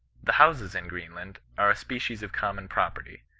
the houses in greenland are a species of common property.